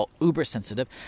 uber-sensitive